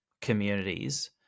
communities